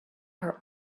her